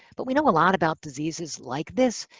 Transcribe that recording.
but we know a lot about diseases like this.